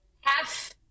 half